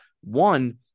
One